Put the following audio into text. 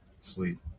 sleep